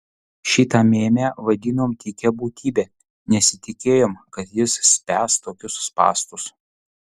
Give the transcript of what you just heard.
šitą mėmę vadinom tykia būtybe nesitikėjom kad jis spęs tokius spąstus